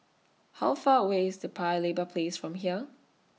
How Far away IS The Paya Lebar Place from here